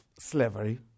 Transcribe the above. slavery